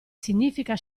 significa